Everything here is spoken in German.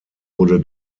wurde